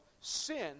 sin